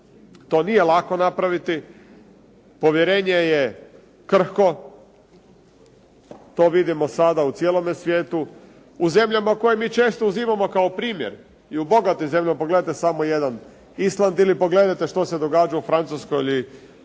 To nije lako napraviti, povjerenje je krhko. To vidimo sada u cijelome svijetu, u zemljama koje mi često uzimamo kao primjer i u bogatim zemljama, pogledajte samo jedan Island ili pogledajte što se događa u Francuskoj ili